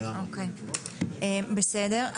בסדר,